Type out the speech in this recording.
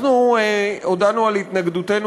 אוקיי.